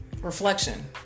reflection